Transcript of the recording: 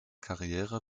karriere